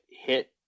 hit